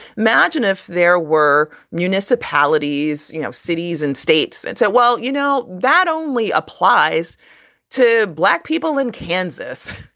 magin, if there were municipalities, you know, cities and states and said, well, you know, that only applies to black people in kansas.